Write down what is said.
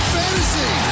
fantasy